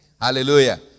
Hallelujah